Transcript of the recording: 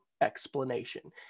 explanation